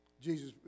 Jesus